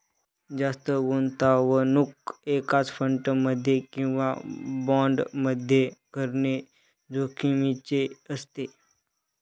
जास्त गुंतवणूक एकाच फंड मध्ये किंवा बॉण्ड मध्ये करणे जोखिमीचे असते